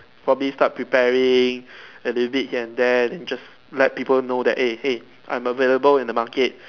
probably start preparing a little bit here and there and then just let people know that eh hey I'm available in the market